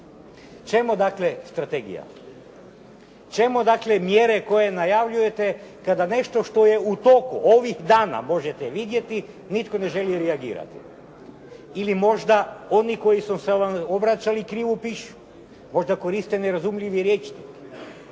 Čemu dakle strategija? Čemu dakle mjere koje najavljujete kada nešto što je u toku ovih dana, možete vidjeti, nitko ne želi reagirati? Ili možda oni koji su se vam obraćali krivo pišu? Možda koriste nerazumljivi rječnik?